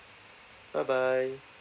bye bye